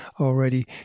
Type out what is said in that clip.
already